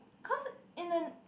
cause in the